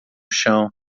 chão